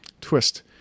twist